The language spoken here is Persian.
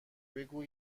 بگو